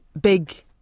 big